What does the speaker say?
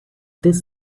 this